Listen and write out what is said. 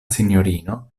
sinjorino